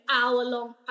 hour-long